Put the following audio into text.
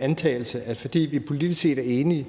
antagelse, at fordi vi politisk set er enige,